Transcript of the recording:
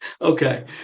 Okay